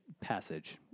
passage